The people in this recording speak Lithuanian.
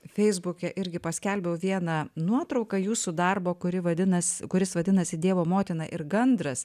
feisbuke irgi paskelbiau vieną nuotrauką jūsų darbo kuri vadinasi kuris vadinasi dievo motina ir gandras